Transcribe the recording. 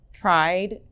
pride